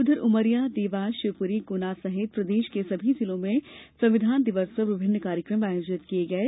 उधर उमरिया देवास शिवपुरी गुना सहित प्रदेश के सभी जिलों में संविधान दिवस पर विभिन्न कार्यक्रम आयोजित किये गये